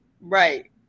Right